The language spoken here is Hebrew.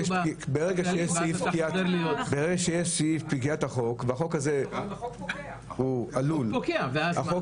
ברגע שיש סעיף פקיעת החוק והחוק הזה עלול ועשוי